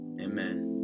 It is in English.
amen